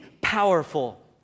powerful